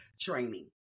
training